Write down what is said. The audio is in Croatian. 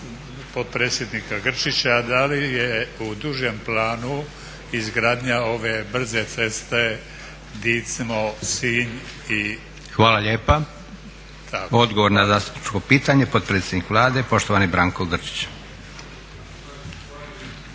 Hvala lijepa. Odgovor na zastupničko pitanje potpredsjednik Vlade poštovani Branko Grčić.